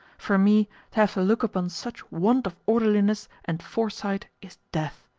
for me, to have to look upon such want of orderliness and foresight is death.